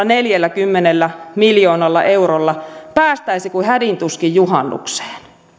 neljälläkymmenellä miljoonalla eurolla päästäisi kuin hädin tuskin juhannukseen